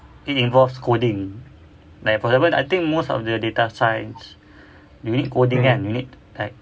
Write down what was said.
if it involves coding like for example I think most of the data science they need coding kan they need like